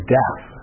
death